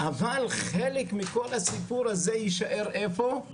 אבל חלק מכל הסיפור הזה יישאר איפה?